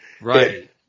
Right